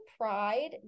pride